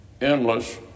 endless